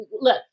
Look